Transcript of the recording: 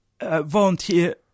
volunteer